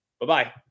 Bye-bye